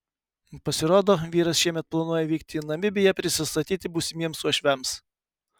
pasirodo vyras šiemet planuoja vykti į namibiją prisistatyti būsimiems uošviams